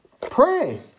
Pray